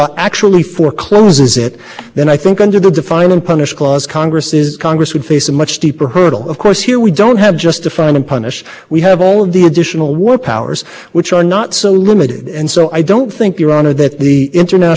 congress is views on this question were quite relevant to what the court was thinking and i think that's further evidence going to judge tables point that what the court was asking was not really the question of what this international law think because surely could court didn't need congress to decide that what the